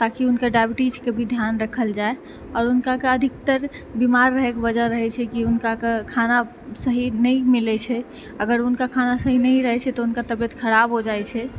ताकि उनकर डाइबिटीजके भी ध्यान रखल जाइ आओर उनकाके अधिकतर बीमार रहैके वजह रहै छै की उनकाके खाना सही नहि मिलै छै अगर उनका खाना सही नहि रहै छै तऽ उनका तबियत खराब हो जाइ छै